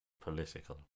political